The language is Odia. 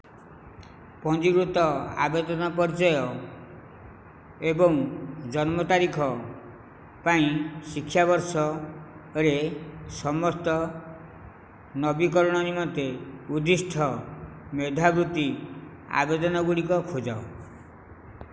ପଞ୍ଜୀକୃତ ଆବେଦନ ପରିଚୟ ଏବଂ ଜନ୍ମ ତାରିଖ ପାଇଁ ଶିକ୍ଷାବର୍ଷରେ ସମସ୍ତ ନବୀକରଣ ନିମନ୍ତେ ଉଦ୍ଦିଷ୍ଟ ମେଧାବୃତ୍ତି ଆବେଦନ ଗୁଡ଼ିକ ଖୋଜ